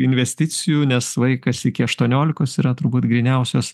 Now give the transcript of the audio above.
investicijų nes vaikas iki aštuoniolikos yra turbūt gryniausios